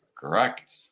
Correct